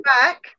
back